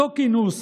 באותו כינוס